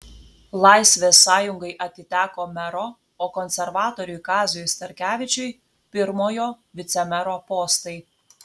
laisvės sąjungai atiteko mero o konservatoriui kaziui starkevičiui pirmojo vicemero postai